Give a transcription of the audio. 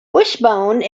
wishbone